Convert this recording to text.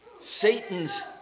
Satan's